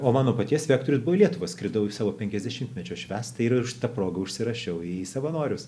o mano paties vektorius buvo į lietuvą skridau į savo penkiasdešimtmečio švęst ir ta proga užsirašiau į savanorius